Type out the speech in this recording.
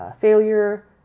failure